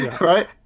right